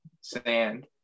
sand